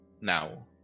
now